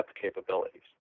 capabilities